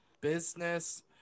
business